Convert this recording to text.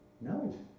no